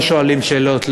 לא שואלים שאלות,